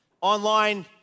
Online